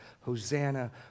Hosanna